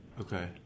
Okay